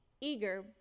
eager